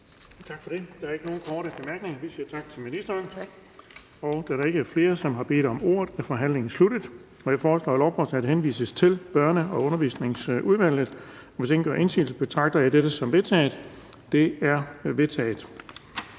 Bonnesen): Der er ikke nogen korte bemærkninger, så vi siger tak til ministeren. Da der ikke er flere, som har bedt om ordet, er forhandlingen sluttet. Jeg foreslår, at lovforslaget henvises til Børne- og Undervisningsudvalget. Hvis ingen gør indsigelse, betragter jeg dette som vedtaget. Det er vedtaget.